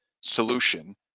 solution